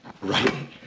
Right